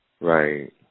Right